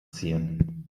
ziehen